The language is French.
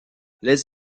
les